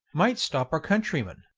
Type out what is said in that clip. might stop our countryman.